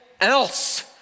else